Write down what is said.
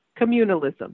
communalism